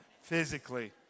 physically